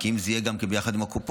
כי אם זה יהיה גם יחד עם הקופות,